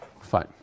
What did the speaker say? Fine